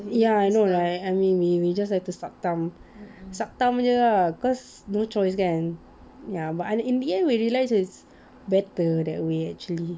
ya I know right I mean we we just have to suck thumb suck thumb jer ah cause no choice kan ya but in the end we realise it's better that way actually